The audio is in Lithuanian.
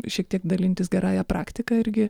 šiek tiek dalintis gerąja praktika irgi